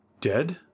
Dead